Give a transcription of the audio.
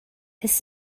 his